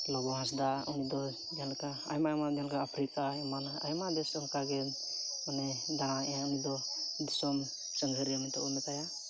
ᱞᱚᱵᱚ ᱦᱟᱸᱥᱫᱟ ᱩᱱᱤ ᱫᱚᱭ ᱡᱟᱦᱟᱸ ᱞᱮᱠᱟ ᱟᱭᱢᱟ ᱟᱭᱢᱟ ᱡᱟᱦᱟᱸ ᱞᱮᱠᱟ ᱟᱯᱷᱨᱤᱠᱟ ᱮᱢᱟᱱ ᱟᱭᱢᱟ ᱫᱮᱥ ᱚᱱᱠᱟ ᱜᱮ ᱢᱟᱱᱮ ᱫᱟᱬᱟᱭᱮᱫ ᱟᱭ ᱩᱱᱤ ᱫᱚ ᱫᱤᱥᱚᱢ ᱥᱟᱺᱜᱷᱟᱹᱨᱤᱭᱟᱹ ᱢᱮᱱᱛᱮ ᱵᱚᱱ ᱢᱮᱛᱟᱭᱟ